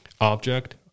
object